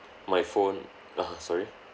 my phone (uh huh) sorry